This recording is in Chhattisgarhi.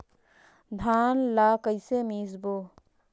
धान ला कइसे मिसबो?